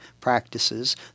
practices